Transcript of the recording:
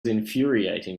infuriating